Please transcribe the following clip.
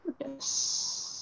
yes